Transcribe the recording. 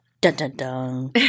Dun-dun-dun